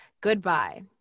Goodbye